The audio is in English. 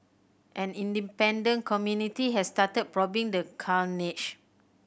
an independent community has started probing the carnage